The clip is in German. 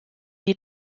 die